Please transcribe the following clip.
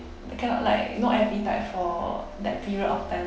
the kind of like no appetite for that period of time